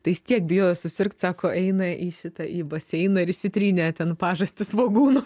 tai jis tiek bijo susirgt sako eina į šitą į baseiną ir išsitrynė ten pažastį svogūnu